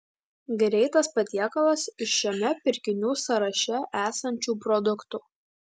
greitas patiekalas iš šiame pirkinių sąraše esančių produktų